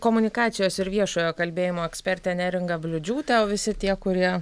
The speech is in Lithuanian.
komunikacijos ir viešojo kalbėjimo eksperte neringa bliūdžiūte o visi tie kurie